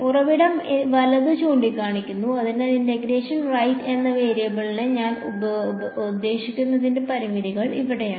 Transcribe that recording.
ഉറവിടം വലത് ചൂണ്ടിക്കാണിക്കുന്നു അതിനാൽ ഇന്റഗ്രേഷൻ റൈറ്റ് എന്ന വേരിയബിളിനെ ഞാൻ ഉദ്ദേശിക്കുന്നതിന്റെ പരിമിതികളും ഇവയാണ്